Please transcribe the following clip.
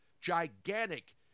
gigantic